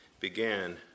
began